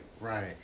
Right